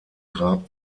grab